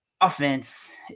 offense